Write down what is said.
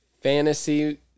Fantasy